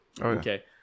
Okay